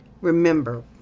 Remember